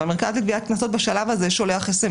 והמרכז לגביית קנסות בשלב הזה שולח אס אם